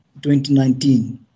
2019